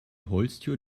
holztür